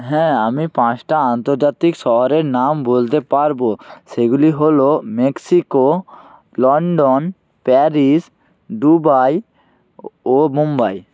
হ্যাঁ আমি পাঁচটা আন্তর্জাতিক শহরের নাম বলতে পারব সেগুলি হলো মেক্সিকো লন্ডন প্যারিস দুবাই ও মুম্বই